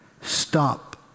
stop